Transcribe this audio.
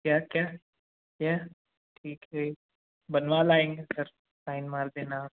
क्या क्या क्या ठीक है बनवा लाएंगे सर साइन मार देना आप